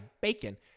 bacon